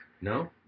No